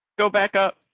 go back up.